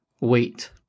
wait